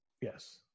Yes